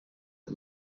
the